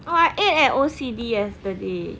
oh I ate at O_C_D yesterday